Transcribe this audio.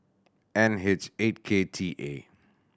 N H eight K T A